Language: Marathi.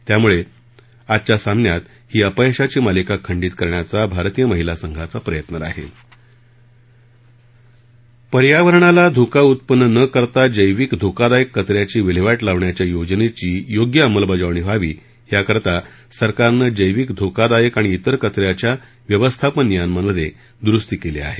त्यामुळे आजच्या सामन्यात ही अपयशाची मालिका खंडीत करण्याचा भारतीय महिला संघाचा प्रयत्न राहील पर्यावरणाला धोका उत्पन्न न करता जैवीक धोकादायक कचऱ्याची विल्हेवाट लावण्याच्या योजनेची योग्य अंमलबजावणी व्हावी याकरता सरकारनं जैवीक धोकादायक आणि इतर कचऱ्याच्या व्यवस्थापन नियमांमधे द्रुस्ती केली आहे